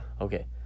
okay